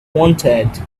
wanted